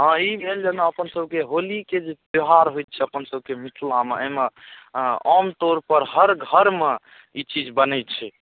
हँ ई भेल जेना अपनसबके होलीके जे त्योहार होइ छै अपन सबके मिथिलामे एहिमे आमतौरपर हर घरमे ई चीज बनै छै